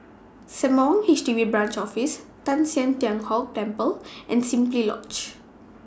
Sembawang H D B Branch Office Teng San Tian Hock Temple and Simply Lodge